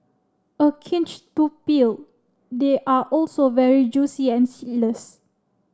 a cinch to peel they are also very juicy and seedless